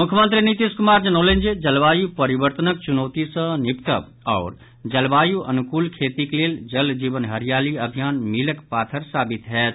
मुख्यमंत्री नीतीश कुमार जनौलनि जे जलवायु परिवर्तनक चुनौती सँ निपटब आओर जलवायु अनुकूल खेतीक लेल जल जीवन हरियाली अभियान मीलक पाथर साबित होयत